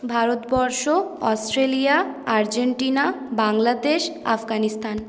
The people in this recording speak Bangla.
Bharatvarsha Australia Argentina Bangladesh Afghanistan